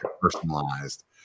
personalized